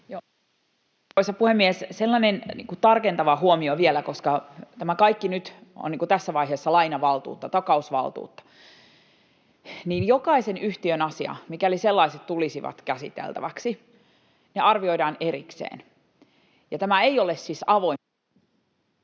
puhemies! Sellainen tarkentava huomio vielä, että koska tämä kaikki nyt on tässä vaiheessa lainavaltuutta, takausvaltuutta, niin jokaisen yhtiön asia, mikäli sellaiset tulisivat käsiteltäväksi, arvioidaan erikseen. Tämä ei ole siis avoin